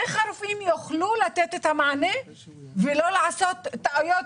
איך הרופאים יוכלו לתת את המענה ולא לעשות טעויות